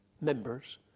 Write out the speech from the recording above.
members